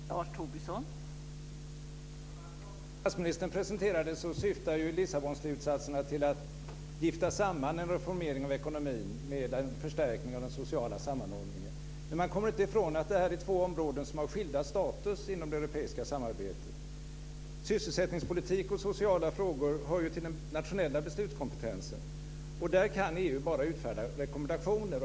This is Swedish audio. Fru talman! Som statsministern presenterade det syftade Lissabonslutsatserna till att gifta samman en reformering av ekonomin med en förstärkning av den sociala sammanhållningen. Man kommer dock inte ifrån att det här är två områden med olika status inom det europeiska samarbetet. Sysselsättningspolitik och sociala frågor hör till den nationella beslutskompetensen, och där kan EU bara utfärda rekommendationer.